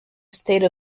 state